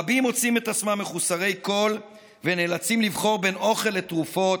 רבים מוצאים את עצמם מחוסרי כול ונאלצים לבחור בין אוכל לתרופות,